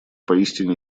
поистине